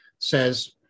Says